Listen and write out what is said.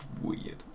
weird